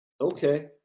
okay